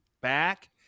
back